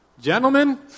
Gentlemen